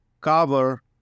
cover